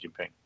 Jinping